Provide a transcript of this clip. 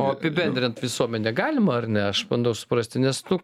o apibendrint visuomenę galima ar ne aš bandau suprasti nes nu